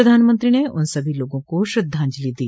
प्रधानमंत्री ने उन सभी लोगों को श्रद्धांजलि दी